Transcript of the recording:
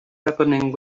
happening